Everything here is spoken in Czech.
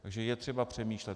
Takže je třeba přemýšlet.